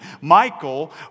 Michael